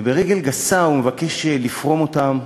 וברגל גסה הוא מבקש לפרום אותם.